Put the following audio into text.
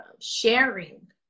Sharing